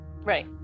Right